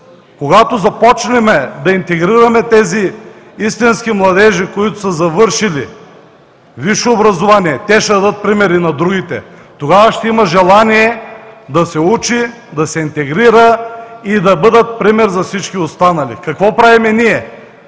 Когато започнем да интегрираме истински тези младежи, които са завършили висше образование, те ще дадат пример и на другите. Тогава ще има желание да се учи, да се интегрира, и да бъдат пример за всички останали. Какво правим ние?